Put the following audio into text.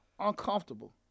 Uncomfortable